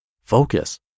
Focus